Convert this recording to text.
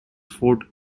fort